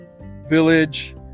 village